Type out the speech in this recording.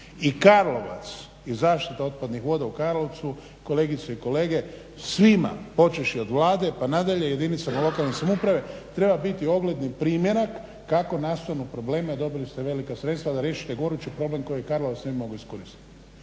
i karlovac i zaštitna otpadnih voda u Karlovcu, kolegice i kolege svima počevši od Vlade pa nadalje jedinicama lokalne samouprave treba biti ogledni primjerak kako nastanu problemi a dobili ste velika sredstva da riješite gorući problem koji Karlovac ne bi mogao iskoristiti.